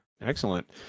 Excellent